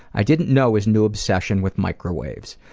i didn't know his new obsession with microwaves.